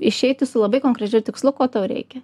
išeiti su labai konkrečiu tikslu ko tau reikia